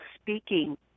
speaking